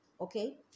okay